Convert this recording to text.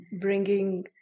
bringing